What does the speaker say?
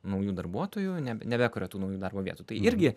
naujų darbuotojų ne nebekuria tų naujų darbo vietų tai irgi